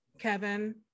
Kevin